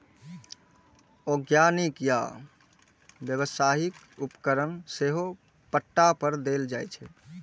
औद्योगिक या व्यावसायिक उपकरण सेहो पट्टा पर देल जाइ छै